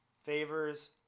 favors